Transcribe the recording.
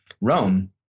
Rome